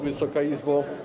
Wysoka Izbo!